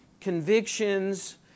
convictions